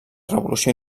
revolució